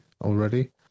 already